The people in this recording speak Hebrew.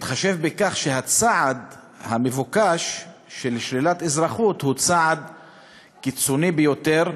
בהתחשב בכך שהצעד המבוקש של שלילת אזרחות הוא צעד קיצוני ביותר,